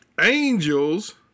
angels